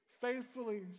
faithfully